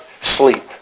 sleep